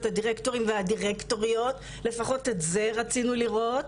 הדירקטורים והדירקטוריות" לפחות את זה רצינו לראות,